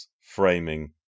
framing